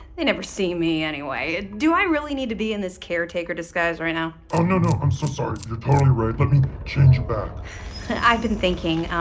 they never see me anyway. and do i really need to be in this caretaker disguise right now? oh, no, no. i'm so sorry. you're totally right. let me change you back i've been thinking.